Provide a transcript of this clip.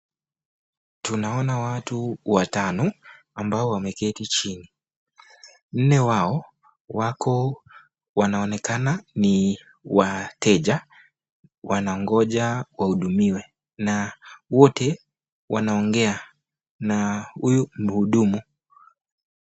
Tunaona watu watano ambao wameketi chini, nne wao wanaonekana ni wateja wanagonja wahudumiwe na wote wanaongea na huyu mhudumu.